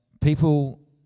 people